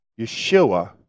Yeshua